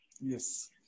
Yes